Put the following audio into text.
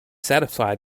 satisfied